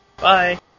Bye